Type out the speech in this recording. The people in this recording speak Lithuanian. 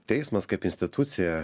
teismas kaip institucija